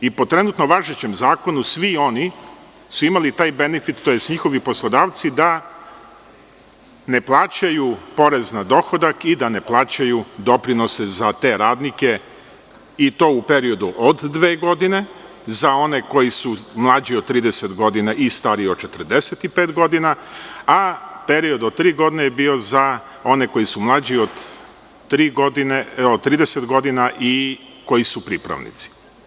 Po trenutno važećem zakonu svi oni su imali taj benefit, tj. njihovi poslodavci da ne plaćaju porez na dohodak i da ne plaćaju doprinose za te radnike, i to u periodu od dve godine za one koji su mlađi od 30 godina i stariji od 45, a period od tri godine je bio za one koji su mlađi od 30 godina i koji su pripravnici.